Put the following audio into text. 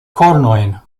kornojn